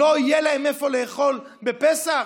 לא יהיה להם איפה לאכול בפסח,